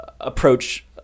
approach